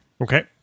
Okay